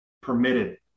permitted